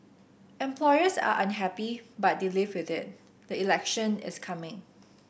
employers are unhappy but they live with it the election is coming